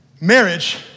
Marriage